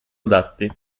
adatti